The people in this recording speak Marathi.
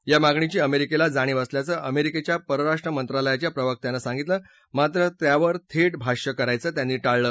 या मागणीची अमेरिकेला जाणीव असल्याचं अमेरिकेच्या परराष्ट्र मंत्रालयाच्या प्रवक्त्यानं सांगितलं मात्र त्यावर थेट भाष्यं करायच त्यांनी टाळलं